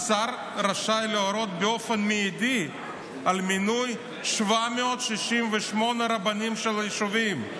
השר רשאי להורות באופן מיידי על מינוי 768 רבנים של יישובים.